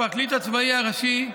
הפרקליט הראשי הצבאי,